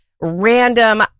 random